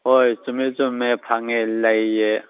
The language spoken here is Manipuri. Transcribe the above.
ꯍꯣꯏ ꯆꯨꯝꯃꯦ ꯆꯨꯝꯃꯦ ꯐꯪꯉꯦ ꯂꯩꯌꯦ